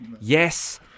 Yes